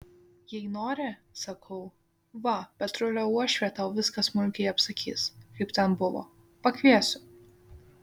jei nori sakau va petrulio uošvė tau viską smulkiai apsakys kaip ten buvo pakviesiu